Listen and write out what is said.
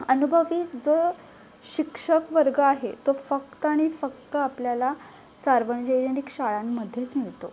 अनुभवी जो शिक्षकवर्ग आहे तो फक्त आणि फक्त आपल्याला सार्वजनिक शाळांमध्येच मिळतो